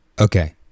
Okay